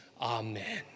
Amen